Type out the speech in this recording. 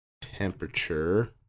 Temperature